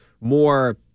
more